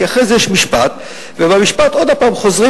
כי אחרי זה יש משפט ובמשפט עוד פעם חוזרים